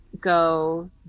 go